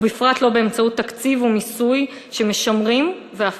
ובפרט לא באמצעות תקציב או מיסוי שמשמרים ואף